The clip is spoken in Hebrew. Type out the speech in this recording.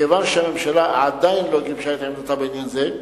מכיוון שהממשלה עדיין לא גיבשה את עמדתה בעניין זה,